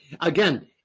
Again